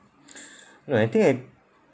no I think I